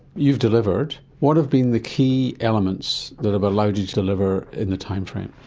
you've delivered. what have been the key elements that have allowed you to deliver in the time frame?